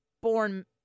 born